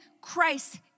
Christ